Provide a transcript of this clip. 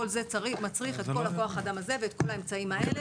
כל זה מצריך את כל כוח האדם הזה ואת כל האמצעים האלה.